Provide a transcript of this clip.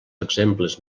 exemples